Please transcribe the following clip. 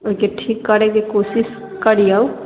ओहिके ठीक करयके कोशिश करियौ